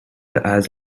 has